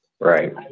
Right